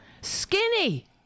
Skinny